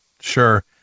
Sure